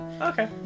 Okay